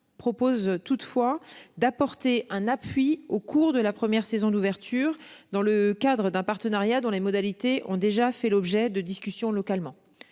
propose toutefois d'apporter un appui au cours de la première saison l'ouverture dans le cadre d'un partenariat dont les modalités ont déjà fait l'objet de discussions localement.